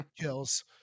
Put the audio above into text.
kills